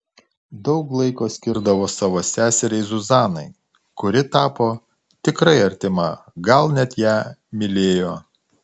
daug laiko skirdavo savo seseriai zuzanai kuri tapo tikrai artima gal net ją mylėjo